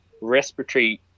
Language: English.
respiratory